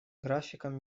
графиком